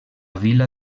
vila